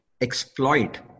exploit